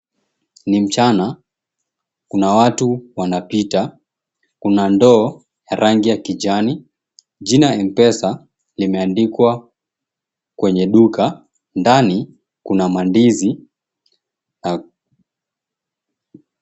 Ni mchana. Kuna watu wanapita. Kuna ndoo ya rangi ya kijani. Jina 'Mpesa' limeandikwa kwenye duka. Ndani kuna mandizi na...